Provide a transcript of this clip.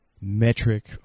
metric